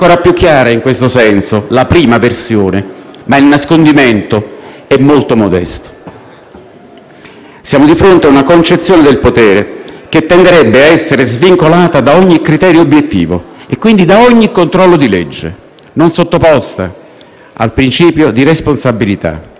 Siamo di fronte a una concezione del potere che tenderebbe a essere svincolata da ogni criterio obiettivo e quindi da ogni controllo di legge, non sottoposta al principio di responsabilità. Tale principio è il cardine di ogni Stato di diritto, nel quale le regole contano più dei voti.